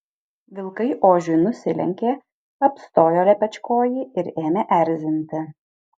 vilkai ožiui nusilenkė apstojo lepečkojį ir ėmė erzinti